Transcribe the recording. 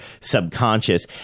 subconscious